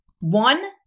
one